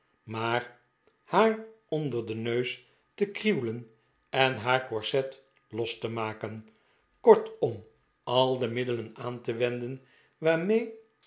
wrijven haar onder den neus te krieuwelen en haar corset los te maken kortom al de middelen aan te wenden waarmee